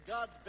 God